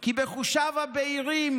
כי בחושיו הבהירים,